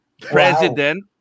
president